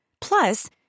Plus